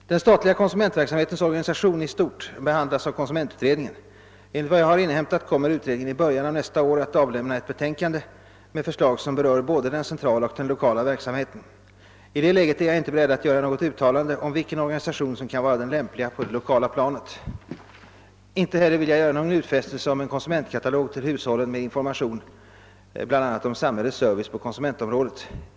organisation i stort behandlas av konsumentutredningen. Enligt vad jag har inhämtat "kommer utredningen i början av nästa år att avlämna ett betän :kande med förslag som berör både den centrala och den lokala verksamheten. I det läget är jag inte beredd att göra något uttalande om vilken organisation som kan vara den lämpliga på det lokala planet. :: Inte heller vill jag göra någon utfästelse om en konsumentkatalog till hushållen med information bl.a. om samhällets service på konsumentområdet.